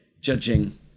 judging